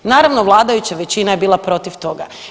Naravno, vladajuća većina je bila protiv toga.